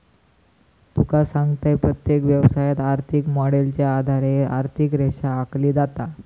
तुका सांगतंय, प्रत्येक व्यवसायात, आर्थिक मॉडेलच्या आधारे आर्थिक रेषा आखली जाता